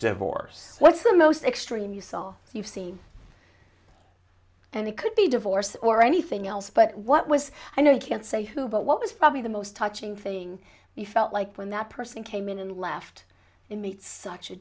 divorce what's the most extreme you saw you see and it could be divorce or anything else but what was i know you can't say who but what was probably the most touching thing you felt like when that person came in and left him it's such a